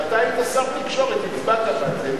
כשאתה היית שר התקשורת הצבעת בעד זה,